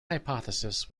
hypothesis